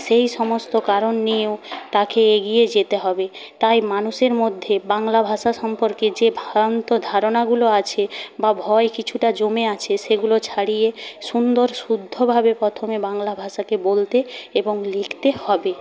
সেই সমস্ত কারণ নিয়েও তাকে এগিয়ে যেতে হবে তাই মানুষের মধ্যে বাংলা ভাষা সম্পর্কে যে ভ্রান্ত ধারণাগুলো আছে বা ভয় কিছুটা জমে আছে সেগুলো ছাড়িয়ে সুন্দর শুদ্ধভাবে প্রথমে বাংলা ভাষাকে বলতে এবং লিখতে হবে